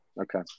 Okay